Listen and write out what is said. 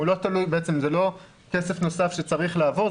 זה לא כסף נוסף שצריך לעבור,